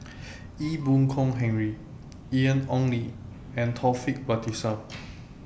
Ee Boon Kong Henry Ian Ong Li and Taufik Batisah